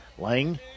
Lang